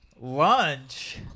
Lunch